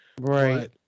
Right